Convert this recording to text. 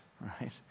Right